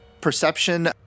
Perception